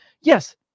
yes